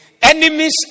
Enemies